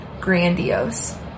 grandiose